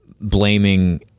blaming